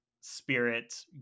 spirit